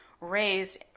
raised